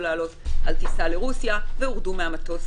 לעלות על טיסה לרוסיה והורדו מהמטוס,